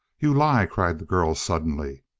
you lie! cried the girl suddenly.